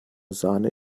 sahne